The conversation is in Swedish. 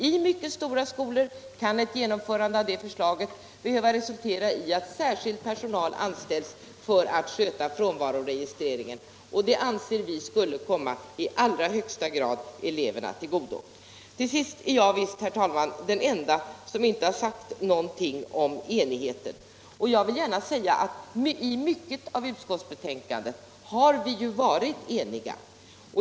I mycket stora skolor kan ett genomförande av det förslaget resultera i ett behov att anställa särskild personal för att sköta frånvaroregistreringen, och det anser vi i allra högsta grad skulle komma eleverna till godo. Jag är visst den enda, herr talman, som inte sagt någonting om enigheten. Men jag vill gärna säga att i många delar av utskottsbetänkandet har vi varit eniga.